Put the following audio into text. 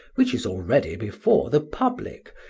which is already before the public,